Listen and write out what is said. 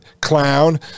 clown